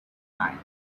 night